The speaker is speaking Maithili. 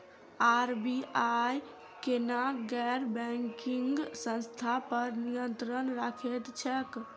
आर.बी.आई केना गैर बैंकिंग संस्था पर नियत्रंण राखैत छैक?